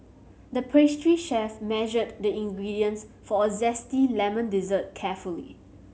the pastry chef measured the ingredients for a zesty lemon dessert carefully